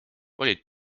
olid